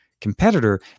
competitor